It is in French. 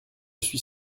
suis